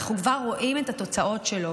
אנחנו כבר רואים את התוצאות שלו.